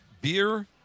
Beer